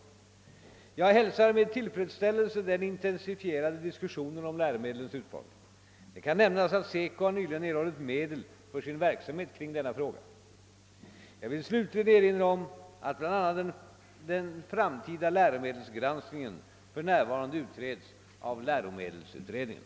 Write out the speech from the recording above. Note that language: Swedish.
Jag hälsar med tillfredsställelse den intensifierade diskussionen om läromedlens utformning. Det kan nämnas att SECO nyligen har erhållit medel för sin verksamhet kring denna fråga. Jag vill slutligen erinra om att bl.a. den framtida läromedelsgranskningen för närvarande utreds av läromedelsutredningen.